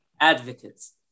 advocates